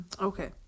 Okay